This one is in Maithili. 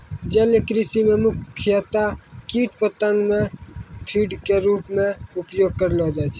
जलीय कृषि मॅ मुख्यतया कीट पतंगा कॅ फीड के रूप मॅ उपयोग करलो जाय छै